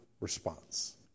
response